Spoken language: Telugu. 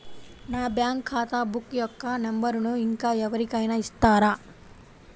నా బ్యాంక్ ఖాతా బుక్ యొక్క నంబరును ఇంకా ఎవరి కైనా ఇస్తారా?